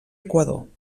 equador